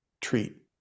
treat